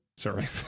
Sorry